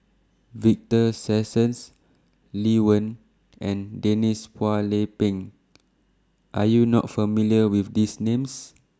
Victor Sassoon's Lee Wen and Denise Phua Lay Peng Are YOU not familiar with These Names